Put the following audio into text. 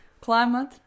Climate